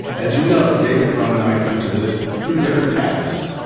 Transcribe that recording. as you know, david frum and i come to this through different paths.